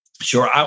Sure